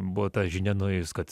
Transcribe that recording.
buvo ta žinia nuėjus kad